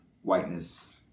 Whiteness